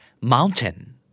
Mountain